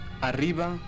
Arriba